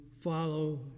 follow